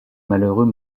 malheureux